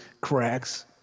cracks